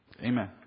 Amen